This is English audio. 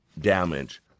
damage